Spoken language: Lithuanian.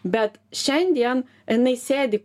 bet šiandien jinai sėdi